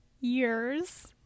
years